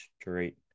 straight